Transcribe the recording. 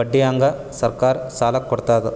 ಬಡ್ಡಿಹಂಗ್ ಸರ್ಕಾರ್ ಸಾಲ ಕೊಡ್ತದ್